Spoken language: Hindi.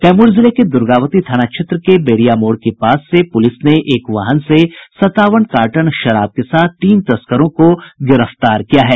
कैमूर जिले के द्रर्गावती थाना क्षेत्र के बेरिया मोड़ के पास से पूलिस ने एक वाहन से सत्तावन कार्टन विदेशी शराब के साथ तीन तस्करों को गिरफ्तार किया है